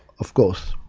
of course.